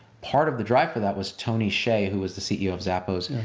part of the drive for that was tony hsieh, who was the ceo of zappos.